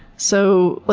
so,